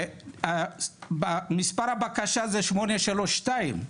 מספר הבקשה זה 832,